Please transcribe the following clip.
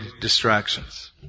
distractions